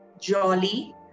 jolly